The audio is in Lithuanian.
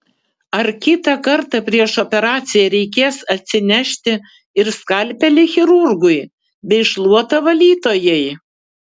ar kitą kartą prieš operaciją reikės atsinešti ir skalpelį chirurgui bei šluotą valytojai